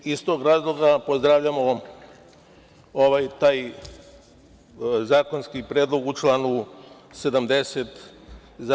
Iz tog razloga pozdravljamo taj zakonski predlog u članu 70.